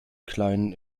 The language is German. kleinen